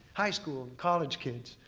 high school, college kids,